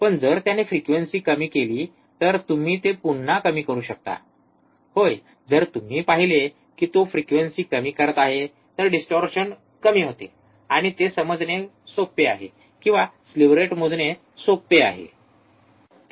पण जर त्याने फ्रिक्वेंसी कमी केली तर तुम्ही ते पुन्हा कमी करू शकता होय जर तुम्ही पाहिले की तो फ्रिक्वेंसी कमी करत आहे तर डिस्टोर्शन कमी होते आणि ते समजणे सोपे आहे किंवा स्लीव्ह रेट मोजणे सोपे आहे